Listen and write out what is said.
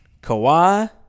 Kawhi